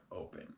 open